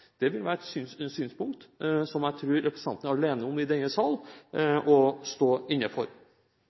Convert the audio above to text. Det vil være et synspunkt som jeg tror representanten er alene om å stå inne for